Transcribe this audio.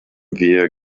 wir